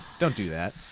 don't do that,